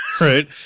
Right